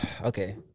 okay